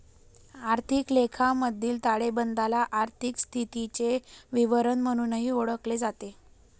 आर्थिक लेखामधील ताळेबंदाला आर्थिक स्थितीचे विवरण म्हणूनही ओळखले जाते